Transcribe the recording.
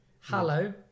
Hello